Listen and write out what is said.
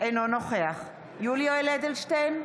אינו נוכח יולי יואל אדלשטיין,